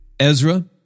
Ezra